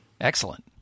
Excellent